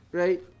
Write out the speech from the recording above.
right